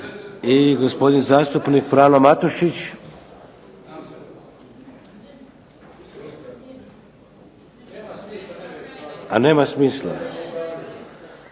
I gospodin zastupnik Frano Matušić. … /Upadica: